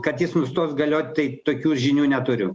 kad jis nustos galiot tai tokių žinių neturiu